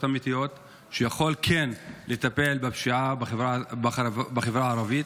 אמיתיות שיכול לטפל בפשיעה בחברה הערבית,